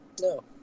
No